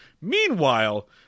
Meanwhile